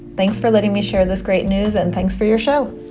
thanks for letting me share this great news, and thanks for your show